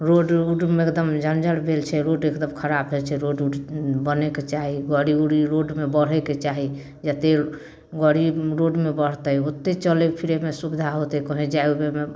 road उडमे एकदम जर्जर भेल छै रोड एकदम खराब भेल छै रोड उड बनैके चाही गाड़ी उड़ी रोडमे बढ़ैके चाही जतेक गाड़ी रोडमे बढ़तै ओतेक चलै फिरैमे सुविधा होतै कहीँ जाइ आबैमे